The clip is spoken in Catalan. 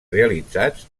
realitzats